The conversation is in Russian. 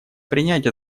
принять